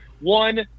one